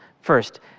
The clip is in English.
First